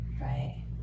Right